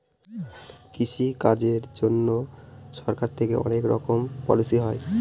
কৃষি কাজের জন্যে সরকার থেকে অনেক রকমের পলিসি হয়